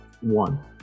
one